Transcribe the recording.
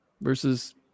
versus